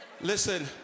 Listen